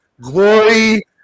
glory